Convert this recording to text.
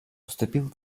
поступил